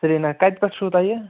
سرینگر کَتہِ پٮ۪ٹھ چھُو تۄہہِ یہِ